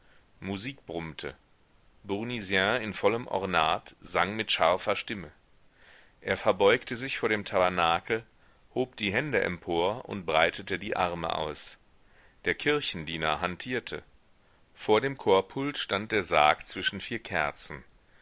musik brummte bournisien in vollem ornat sang mit scharfer stimme er verbeugte sich vor dem tabernakel hob die hände empor und breitete die arme aus der kirchendiener hantierte vor dem chorpult stand der sarg zwischen vier kerzen